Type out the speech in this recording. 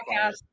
podcast